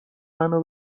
منو